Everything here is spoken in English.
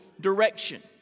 direction